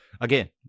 Again